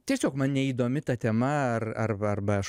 tiesiog man neįdomi ta tema ar arba arba aš